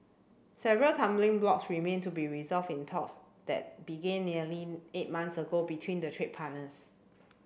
several stumbling blocks remain to be resolved in talks that began nearly eight months ago between the trade partners